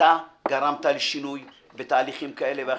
אתה גרמת לשינוי בתהליכים כאלה ואחרים,